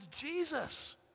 Jesus